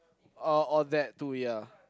uh or that to ya